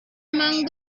among